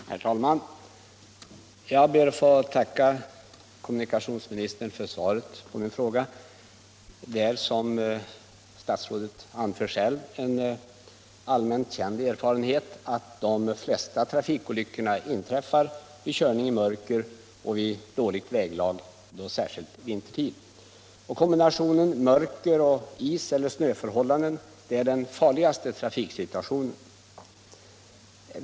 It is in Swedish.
Herr talman! Jag ber att få tacka kommunikationsministern för svaret på min fråga. Det är, som statsrådet själv anför, en allmänt känd erfarenhet att de flesta trafikolyckorna inträffar vid körning i mörker och vid dåligt väglag, särskilt vintertid. Kombinationen mörker och iseller snöförhållanden är den farligaste trafiksituationen.